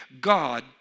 God